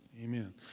Amen